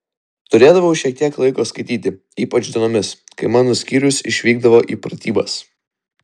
turėdavau šiek tiek laiko skaityti ypač dienomis kai mano skyrius išvykdavo į pratybas